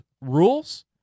rules